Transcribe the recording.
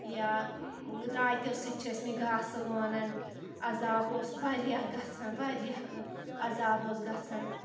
یا دراتیو سۭتۍ چھِ ٲسۍ مٕتۍ گاسہٕ لونان عزاب اوس واریاہ گژھان واریاہ عذاب اوس گژھان